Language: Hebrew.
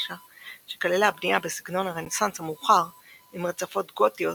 ורשה שכללה בנייה בסגנון הרנסאנס המאוחר עם רצפות גותיות,